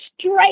straight